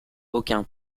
aucun